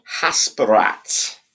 hasperat